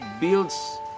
builds